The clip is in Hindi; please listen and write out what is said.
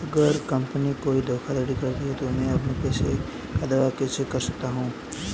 अगर कंपनी कोई धोखाधड़ी करती है तो मैं अपने पैसे का दावा कैसे कर सकता हूं?